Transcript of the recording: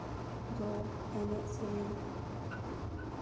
ᱫᱚ ᱮᱱᱮᱡ ᱥᱮᱨᱮᱧ